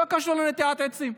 לא קשור לנטיעת עצים.